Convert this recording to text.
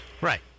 Right